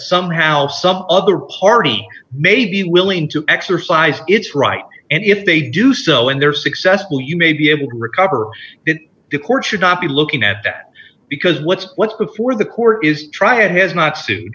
somehow some other party may be willing to exercise its right and if they do so and they're successful you may be able to recover that the court should not be looking at that because what's what's best for the court is try has no